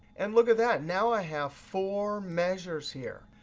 and look at that, now i have four measures here.